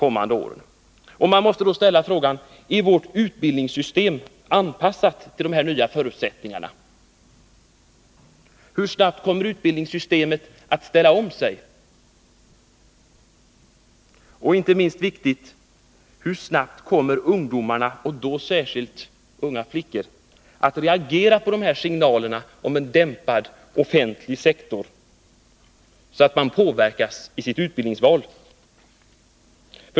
Man måste då ställa sig följande frågor: Är vårt utbildningssystem anpassat till dessa nya förutsättningar? Hur snabbt kan vi ställa om utbildningssystemet? Och hur snabbt — vilket inte är minst viktigt - kommer ungdomarna, och då särskilt de unga flickorna, att reagera på dessa signaler om en dämpad offentlig sektor så att de påverkas i sitt utbildningsval?